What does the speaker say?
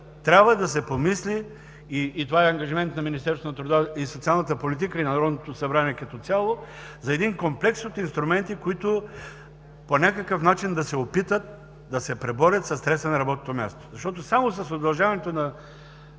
Трябва да се помисли – и това е ангажимент на Министерството на труда и социалната политика и на Народното събрание като цяло – за един комплекс от инструменти, които по някакъв начин да се опитат да се преборят със стреса на работното място. Защото само с удължаването на